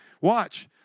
Watch